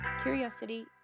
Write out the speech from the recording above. curiosity